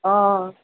অ